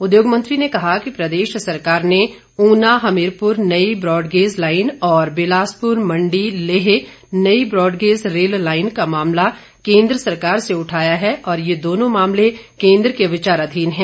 उद्योग मंत्री ने कहा कि प्रदेश सरकार ने ऊना हमीरपुर नई ब्राडगेज लाइन और बिलासपुर मंडी लेह नई ब्राडगेज रेल लाइन का मामला केंद्र सरकार से उठाया है और ये दोनों मामले केन्द्र के विचाराधीन है